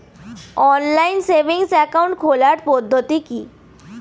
Online savings account খোলার পদ্ধতি কি?